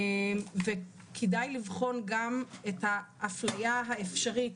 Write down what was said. כדאי גם לבחון את האפליה האפשרית,